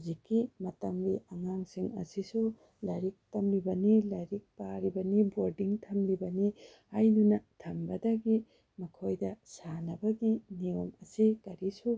ꯍꯧꯖꯤꯛꯀꯤ ꯃꯇꯝꯒꯤ ꯑꯉꯥꯡꯁꯤꯡ ꯑꯁꯤꯁꯨ ꯂꯥꯏꯔꯤꯛ ꯇꯝꯂꯤꯕꯅꯤ ꯂꯥꯏꯔꯤꯛ ꯄꯥꯔꯤꯕꯅꯤ ꯕꯣꯔꯗꯤꯡ ꯊꯝꯂꯤꯕꯅꯤ ꯍꯥꯏꯗꯨꯅ ꯊꯝꯕꯗꯒꯤ ꯃꯈꯣꯏꯗ ꯁꯥꯟꯅꯕꯒꯤ ꯅꯤꯌꯣꯝ ꯑꯁꯤ ꯀꯔꯤꯁꯨ